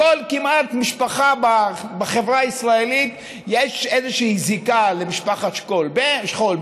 כמעט לכל משפחה בחברה הישראלית יש איזושהי זיקה למשפחת השכול,